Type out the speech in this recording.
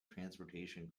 transportation